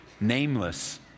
Nameless